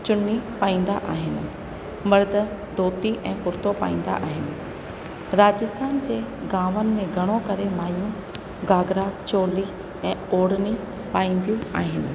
चुन्नी पाईंदा आहिनि मर्द धोती ऐं कुर्तो पाईंदा आहिनि राजस्थान जे गांव में घणो करे मायूं घाघरा चोली ऐं ओढ़नी पाईंदियूं आहिनि